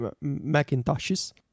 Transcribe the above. Macintoshes